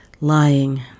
Lying